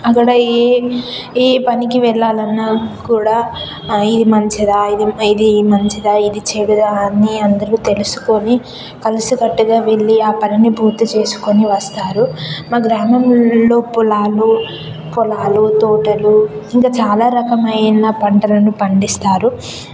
అక్కడ ఏ ఏ పనికి వెళ్ళాలన్నా కూడా ఇది మంచిదా ఇది మంచిదా ఇది చెడుదా అని అందరూ తెలుసుకుని కలిసికట్టుగా వెళ్ళి ఆ పనిని పూర్తిచేసుకుని వస్తారు మా గ్రామములలో పొలాలు పొలాలు తోటలు ఇంకా చాలా రకమైన పంటలను పండిస్తారు